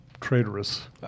traitorous